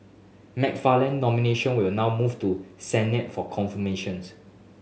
Mc Farland nomination will now move to Senate for confirmations